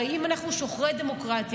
הרי אם אנחנו שוחרי דמוקרטיה,